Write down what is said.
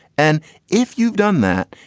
and if you've done that,